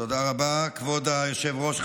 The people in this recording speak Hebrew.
תודה רבה, כבוד היושב-ראש.